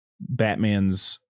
Batman's